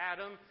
Adam